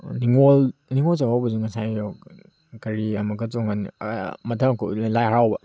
ꯅꯤꯉꯣꯜ ꯅꯤꯉꯣꯜ ꯆꯥꯛꯀꯧꯕꯁꯨ ꯉꯁꯥꯏ ꯀꯔꯤ ꯑꯃꯨꯛꯀ ꯃꯊꯪ ꯑꯃꯨꯛꯀ ꯎꯠꯅꯤ ꯍꯥꯏ ꯍꯔꯥꯎꯕ